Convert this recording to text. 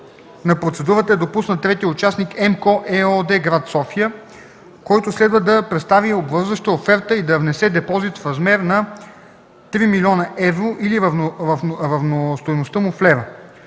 на процедурата е допуснат третият участник ЕМКО ЕООД, гр. София, който следва да представи обвързваща оферта и да внесе депозит в размер на 3 млн. евро или равностойността му в лева.